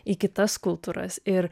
į kitas kultūras ir